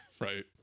Right